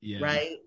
right